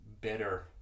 better